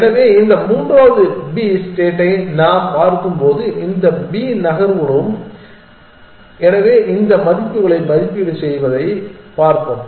எனவே இந்த மூன்றாவது பி ஸ்டேட்டை நாம் பார்க்கும் இந்த அனைத்து பி நகர்வுகளும் எனவே இந்த மதிப்புகளை மதிப்பீடு செய்வதைப் பார்ப்போம்